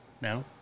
now